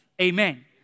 Amen